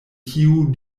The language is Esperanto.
kiu